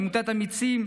עמותת אמיצים,